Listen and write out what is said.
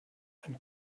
ein